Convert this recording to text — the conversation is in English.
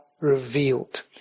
revealed